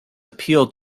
appealed